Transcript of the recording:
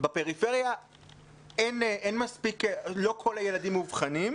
בפריפריה לא כל הילדים מאובחנים,